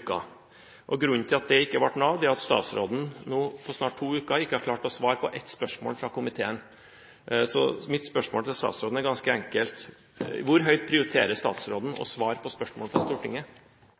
uken. Grunnen til at det ikke ble noe av, var at statsråden – på snart to uker – ikke har klart å svare på ett spørsmål fra komiteen. Mitt spørsmål til statsråden er ganske enkelt: Hvor høyt prioriterer statsråden å svare på spørsmål fra Stortinget?